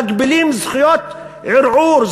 מגבילים זכויות ערעור,